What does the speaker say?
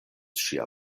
ŝia